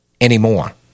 anymore